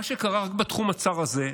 ומה שקרה רק בתחום הצר הזה,